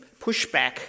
pushback